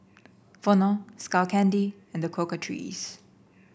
Vono Skull Candy and The Cocoa Trees